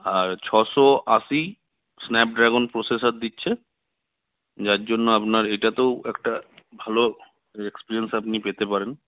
আর ছশো আশি Snapdragon processor দিচ্ছে যার জন্য আপনার এটাতেও একটা ভালো এক্সপিরিয়েন্স আপনি পেতে পারেন